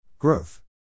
Growth